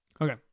Okay